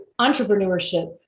entrepreneurship